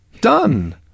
Done